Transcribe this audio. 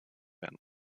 werden